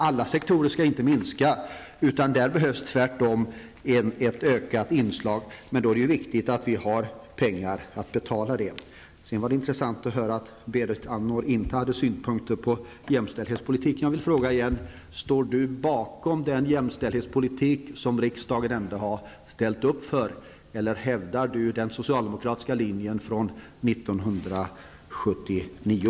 Alla sektorer skall inte minska, utan där behövs tvärtom ökade insatser. Men då är det viktigt att vi har pengar att betala detta med. Det var intressant att höra att Berit Andnor inte hade synpunkter på jämställdhetspolitiken. Jag vill åter ställa frågan: Står Berit Andnor bakom den jämställdhetspolitik som riksdagen har ställt sig bakom, eller hävdar hon den socialdemokratiska linjen från 1979?